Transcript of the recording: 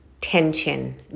tension